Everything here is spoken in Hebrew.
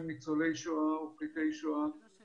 ניצולי שואה או פליטי שואה -- לכן אנחנו דנים היום,